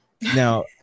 Now